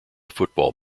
football